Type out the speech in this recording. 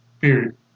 Period